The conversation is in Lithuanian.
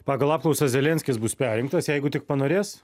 pagal apklausas zelenskis bus perrinktas jeigu tik panorės